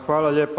Hvala lijepa.